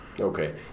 Okay